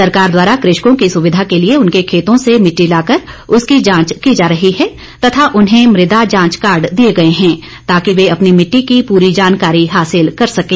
सरकार द्वारा कृषकों की सुविधा के लिए उनके खेतों से भिद्टी लाकर उसकी जांच की जा रही है तथा उन्हें मृदा जांच कार्ड दिए गए हैं ताकि वे अपनी मिट्टी की पूरी जानकारी हासिल कर सकें